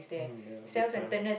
I mean ya Big Time